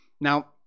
Now